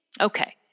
Okay